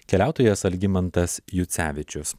keliautojas algimantas jucevičius